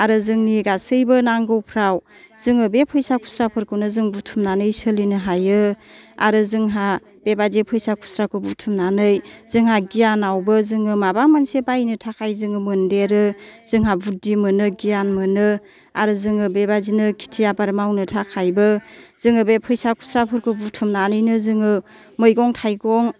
आरो जोंनि गासैबो नांगौफ्राव जोङो बे फैसा खुस्राफोरखौनो जों बुथुमनानै सोलिनो हायो आरो जोंहा बेबादि फैसा खुस्राखौ बुथुमनानै जोंहा गियानआवबो जोङो माबा मोनसे बायनो थाखाय जोङो मोनदेरो जोंहा बुद्दि मोनो गियान मोनो आरो जोङो बेबादिनो खिथि आबाद मावनो थाखायबो जोङो बे फैसा खुस्राफोरखौ बुथुमनानैनो जोङो मैगं थाइगं